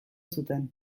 zuten